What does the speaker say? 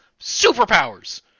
superpowers